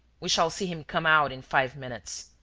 we shall see him come out in five minutes.